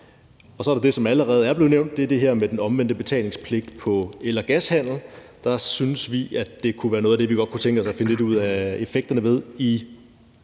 Så er der det, som allerede er blevet nævnt. Det er det her med den omvendte betalingspligt på el- og gashandel. Der synes vi, at det kunne være noget af det, vi godt kunne tænke os finde lidt ud af effekterne ved i